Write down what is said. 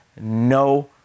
no